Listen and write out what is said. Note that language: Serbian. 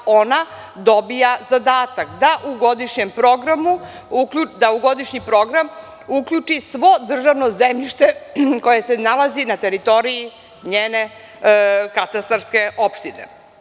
Ona dobija zadatak da u godišnji program uključi svo državno zemljište koje se nalazi na teritoriji njene katastarske opštine.